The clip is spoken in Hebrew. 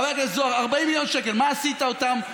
חבר הכנסת זוהר, 40 מיליון שקל, מה עשית איתם?